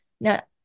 Now